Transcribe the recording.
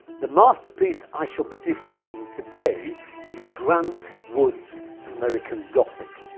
the masterpiece i shall be discussing today will be grant wood's american gothic,